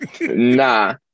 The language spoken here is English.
Nah